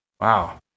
Wow